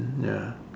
ya